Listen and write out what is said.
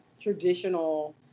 traditional